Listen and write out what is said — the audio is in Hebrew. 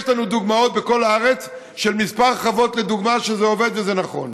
יש לנו דוגמאות בכל הארץ של כמה חוות לדוגמה ששם זה עובד וזה נכון.